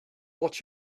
what